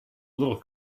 little